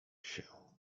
się